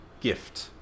Gift